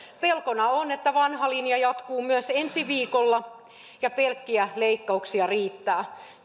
pelkona on että vanha linja jatkuu myös ensi viikolla ja pelkkiä leikkauksia riittää